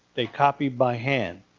they copied by hand.